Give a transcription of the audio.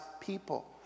people